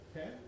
Okay